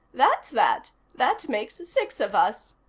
that's that. that makes six of us.